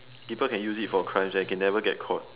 people can use it for crimes and can never get caught